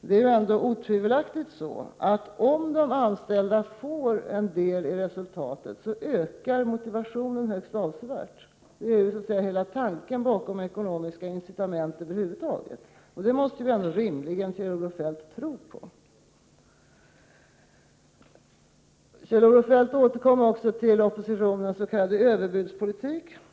Det är otvivelaktigt så att om de anställda får del i resultatet, ökar motivationen högst avsevärt. Detta är låt mig säga hela tanken bakom ekonomiska incitament över huvud taget. Det måste Kjell Olof Feldt rimligen tro på. Kjell-Olof Feldt återkom till oppositionens s.k. överbudspolitik.